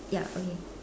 ya okay